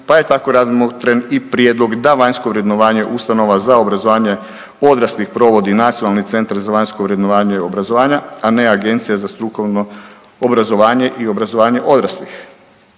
pa je tako razmotren i prijedlog da vanjsko vrednovanje ustanova za obrazovanje odraslih provodi NCVVO, a ne Agencija za strukovno obrazovanje i obrazovanje odraslih.